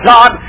God